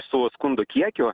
su skundų kiekiu